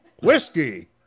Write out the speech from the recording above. whiskey